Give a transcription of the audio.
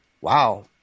wow